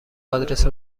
آدرس